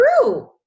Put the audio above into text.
true